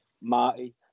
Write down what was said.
Marty